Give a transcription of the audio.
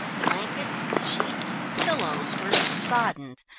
blankets, sheets, pillows were soddened,